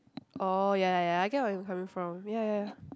orh ya ya ya I get where you're coming from ya ya